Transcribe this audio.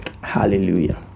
Hallelujah